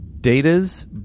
Data's